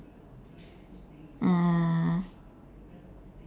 uh